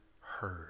heard